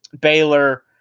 Baylor